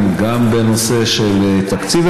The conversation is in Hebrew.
גם בנושא של תקציב,